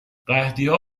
قحطیها